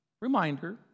reminder